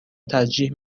ترجیح